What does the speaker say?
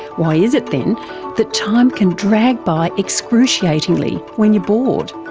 why is it then that time can drag by excruciatingly when you're bored,